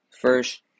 first